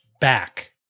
back